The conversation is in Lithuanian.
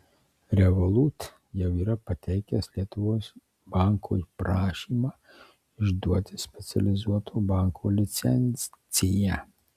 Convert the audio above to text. revolut jau yra pateikęs lietuvos bankui prašymą išduoti specializuoto banko licenciją